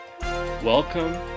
Welcome